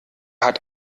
hat